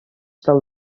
del